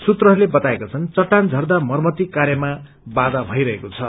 सूत्रहस्ले बताएका छन् चट्टान स्नर्दा मरम्मती कार्यमा बाबा भईरहेको छ